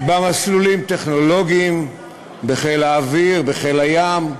מסלולים טכנולוגיים בחיל האוויר, בחיל הים,